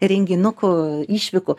renginukų išvykų